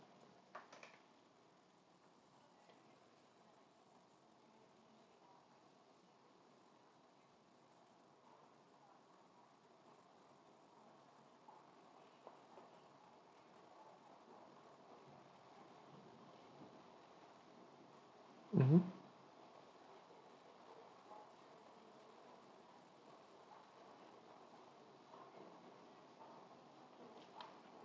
mmhmm